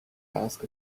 ask